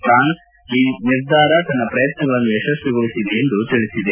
France ಈ ನಿರ್ಧಾರ ತನ್ನ ಪ್ರಯತ್ನಗಳನ್ನು ಯಶಸ್ವಿಗೊಳಿಸಿದೆ ಎಂದು ಹೇಳಿದೆ